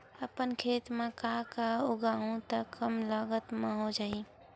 अपन खेत म का का उगांहु त कम लागत म हो जाही?